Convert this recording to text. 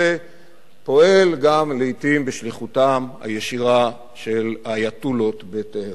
פועל גם לעתים בשליחותם הישירה של האייטולות בטהרן.